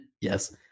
yes